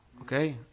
okay